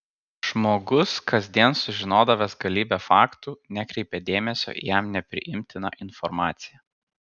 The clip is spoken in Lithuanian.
žmogus kasdien sužinodavęs galybę faktų nekreipė dėmesio į jam nepriimtiną informaciją